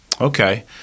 Okay